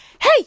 hey